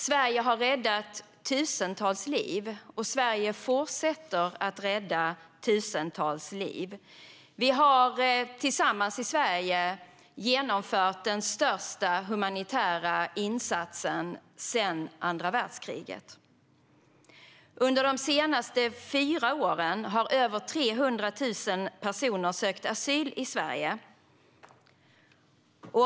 Sverige har räddat tusentals liv, och Sverige fortsätter att rädda tusentals liv. Tillsammans i Sverige har vi genomfört den största humanitära insatsen sedan andra världskriget. Under de senaste fyra åren har över 300 000 personer sökt asyl i Sverige.